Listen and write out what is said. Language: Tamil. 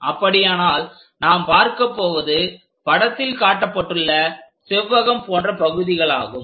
அப்படியானால் நாம் பார்க்கப்போவது படத்தில் காட்டப்பட்டுள்ள செவ்வகம் போன்ற பகுதிகளாகும்